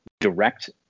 direct